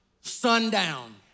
sundown